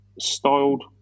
styled